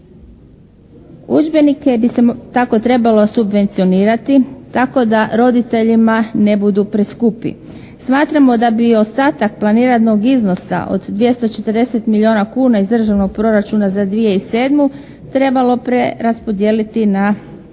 Udžbenike bi se tako trebalo subvencionirati tako da roditeljima ne budu preskupi. Smatramo da bi ostatak planiranog iznosa od 240 milijuna kuna iz državnog proračuna za 2007. trebalo preraspodijeliti na